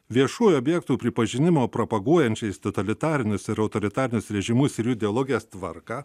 viešųjų objektų pripažinimo propaguojančiais totalitarinius ir autoritarinius režimus ir ideologijas tvarką